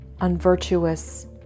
unvirtuous